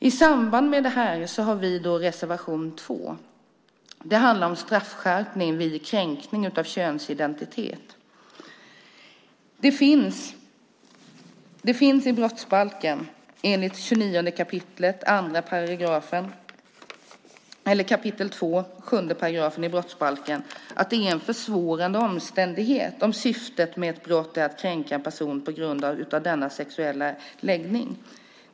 I samband med detta har vi reservation 2, som handlar om straffskärpning vid kränkning av könsidentitet. Det står i brottsbalken 29 kap. 2 § att det är en försvårande omständighet om syftet med ett brott är att kränka en person på grund av dennes sexuella läggning.